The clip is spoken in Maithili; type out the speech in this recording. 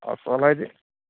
आओर सुनै छी